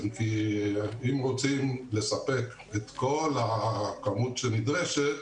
אם רוצים לספק את כל הכמות הנדרשת,